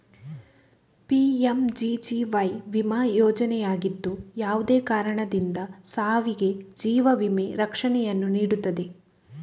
PMGGY ವಿಮಾ ಯೋಜನೆಯಾಗಿದ್ದು, ಯಾವುದೇ ಕಾರಣದಿಂದ ಸಾವಿಗೆ ಜೀವ ವಿಮಾ ರಕ್ಷಣೆಯನ್ನು ನೀಡುತ್ತದೆ